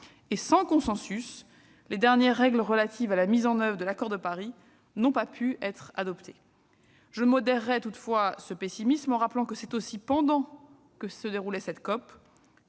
et, sans consensus, les dernières règles relatives à la mise en oeuvre de l'accord de Paris n'ont pu être adoptées. Je modérerais toutefois ce pessimisme en rappelant que c'est aussi pendant cette COP,